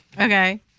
okay